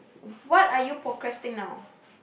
what are you procrasting now